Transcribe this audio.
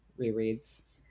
rereads